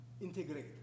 integrate